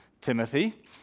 Timothy